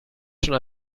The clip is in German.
schon